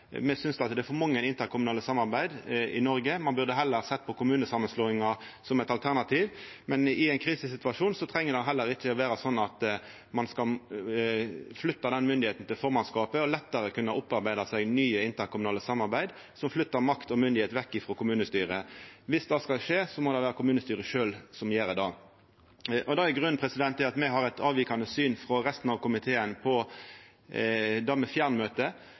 Me synest at det er for mange interkommunale samarbeid i Noreg. Ein burde heller sett på kommunesamanslåing som eit alternativ. I ein krisesituasjon treng det heller ikkje vera sånn at ein skal flytta den myndigheita til formannskapet og lettare kunna opparbeida seg nye interkommunale samarbeid som flyttar makt og myndigheit vekk frå kommunestyret. Viss det skal skje, må det vera kommunestyret sjølv som gjer det. Det er grunnen til at me har eit avvikande syn frå resten av komiteen på det med fjernmøte.